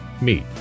meet